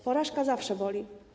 Porażka zawsze boli.